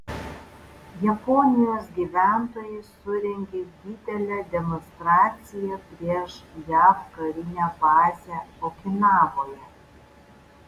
japonijos gyventojai surengė didelę demonstraciją prieš jav karinę bazę okinavoje